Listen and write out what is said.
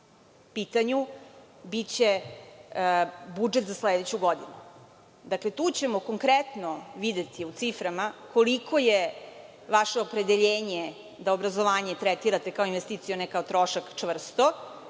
pitanju biće budžet za sledeću godinu. Tu ćemo konkretno videti u ciframa koliko je vaše opredeljenje da obrazovanje tretirate kao investiciju, a ne kao trošak čvrsto,